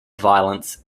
violence